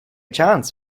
chance